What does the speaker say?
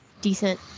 decent